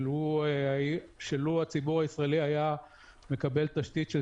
ולו הציבור הישראלי היה מקבל תשתית של